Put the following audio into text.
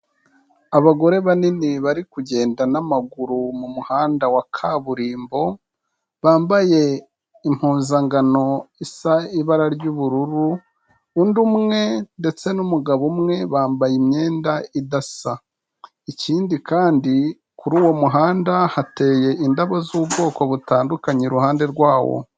Abagore banini bari kugenda n'amaguru mu muhanda wa kaburimbo, bambaye impuzangano isa ibara ry'ubururu, undi umwe ndetse n'umugabo umwe bambaye imyenda idasa, ikindi kandi kuri uwo muhanda hateye indabo z'ubwoko butandukanye iruhande rwawo.